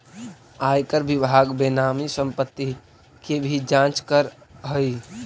आयकर विभाग बेनामी संपत्ति के भी जांच करऽ हई